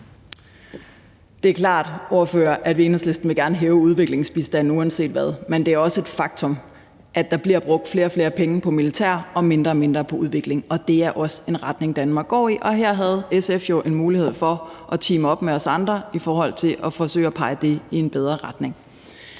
Det er klart, at Enhedslisten gerne vil hæve udviklingsbistanden uanset hvad, men det er også et faktum, at der bliver brugt flere og flere penge på militær og mindre og mindre på udvikling, og det er også en retning, Danmark går i. Og her havde SF jo en mulighed for at teame op med os andre i forhold til at forsøge at få det i en bedre retning.